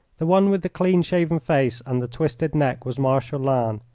the one with the clean-shaven face and the twisted neck was marshal lannes,